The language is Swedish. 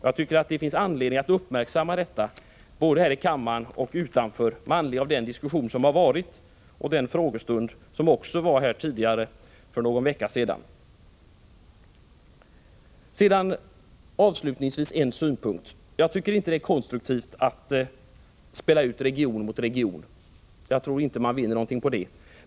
Jag tycker att det finns anledning att uppmärksamma detta, både här i kammaren och utanför den, med anledning av den diskussion som har förts och den frågestund som ägde rum här för någon vecka sedan. Avslutningsvis ännu en synpunkt. Jag tycker inte att det är konstruktivt att spela ut region mot region. Jag tror inte man vinner någonting på det.